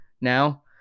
now